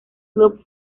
club